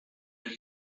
that